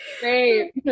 Great